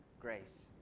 grace